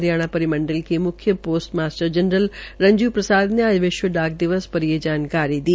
हरियाणा परिमंडल के मुख्य post master general Ranju Prasad ने आज विश्व डाक दिवस पर ये जानकारी दी